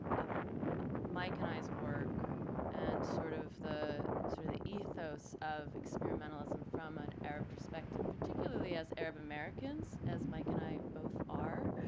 of mike and i's work and sort of the, sort of the ethos of experimentalism from an arab perspective particularly as arab americans, as mike and i both are,